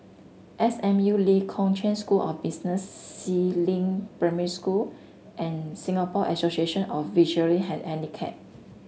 S M U Lee Kong Chian School of Business Si Ling Primary School and Singapore Association of Visually